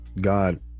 God